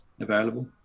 available